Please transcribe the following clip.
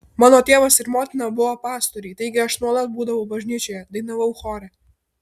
mano tėvas ir motina buvo pastoriai taigi aš nuolat būdavau bažnyčioje dainavau chore